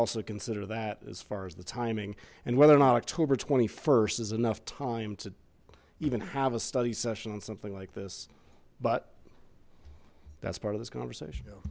also consider that as far as the timing and whether or not october st is enough time to even have a study session on something like this but that's part of this conversation